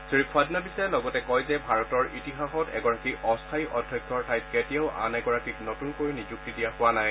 শ্ৰী ফাড়নাবিছে লগতে কয় যে ভাৰতৰ ইতিহাসত এগৰাকী অস্থায়ী অধ্যক্ষৰ ঠাইত কেতিয়াও আন এগৰাকীক নতুনকৈ নিযুক্তি দিয়া হোৱা নাই